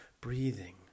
Breathing